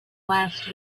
last